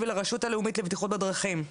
ולרשות הלאומית לבטיחות בדרכים,